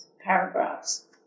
paragraphs